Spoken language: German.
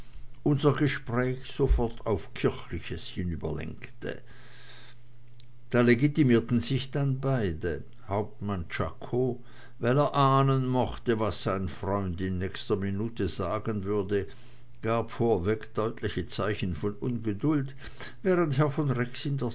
unser gespräch sofort aufs kirchliche hinüberlenkte da legitimierten sich dann beide hauptmann czako weil er ahnen mochte was sein freund in nächster minute sagen würde gab vorweg deutliche zeichen von ungeduld während herr von